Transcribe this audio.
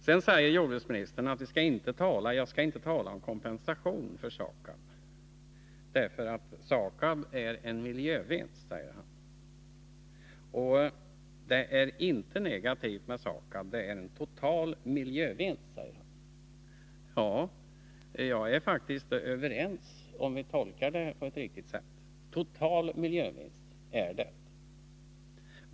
Sedan sade jordbruksministern att jag inte skall tala om kompensation för SAKAB, därför att SAKAB är en miljövinst. SAKAB-anläggningen är inte något negativt utan en total miljövinst, sade jordbruksministern. Ja, jag är faktiskt överens med jordbruksministern om att det är fråga om en total miljövinst.